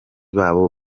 babo